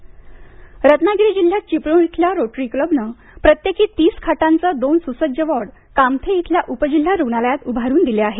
Chiplun covid ward Ratnagiri जिल्ह्यात चिपळूण इथल्या Rotary क्लबनं प्रत्येकी तीस खाटांचे दोन सुसज्ज वॉर्ड कामथे इथल्या उपजिल्हा रुग्णालयात उभारून दिले आहेत